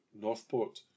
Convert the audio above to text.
Northport